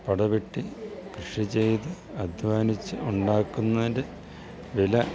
പടപെട്ടി കൃഷി ചെയ്ത് അദ്ധ്വാനിച്ച് ഉണ്ടാക്കുന്നതിൻ്റെ വില